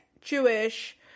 Jewish